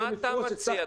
מה אתה מציע?